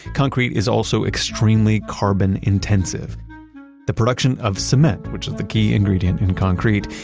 concrete is also extremely carbon-intensive. the production of cement, which is the key ingredient in concrete,